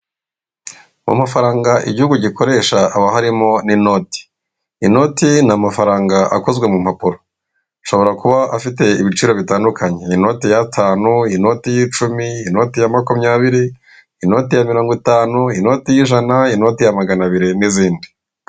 Mu mafaranga igihugu gikoresha haba harimo n'inoti, inoti ni amafaranga akozwe mu mpapuro ashobora kuba afite ibiciro bitandukanye inote ya atanu, inoti y'icumi, inoti ya makumyabiri, inote ya mirongo itanu, inotite y'ijana, inoti ya magana abiri n'izindi.